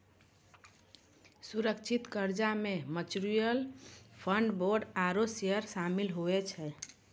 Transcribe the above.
सुरक्षित कर्जा मे म्यूच्यूअल फंड, बोंड आरू सेयर सामिल हुवै छै